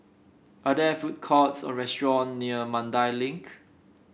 are there food courts or restaurant near Mandai Link